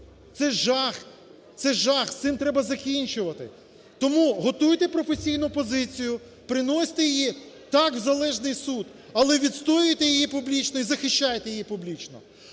Це жах! Це жах! З цим треба закінчувати. Тому готуйте професійну позицію, приносьте її, так, в залежний суд, але відстоюйте її публічно і захищайте її публічно.